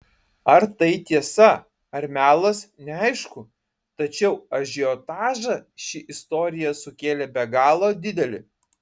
ar tai tiesa ar melas neaišku tačiau ažiotažą ši istorija sukėlė be galo didelį